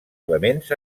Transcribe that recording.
elements